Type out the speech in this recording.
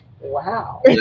Wow